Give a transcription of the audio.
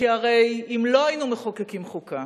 כי הרי אם לא היינו מחוקקים חוקה